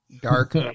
Dark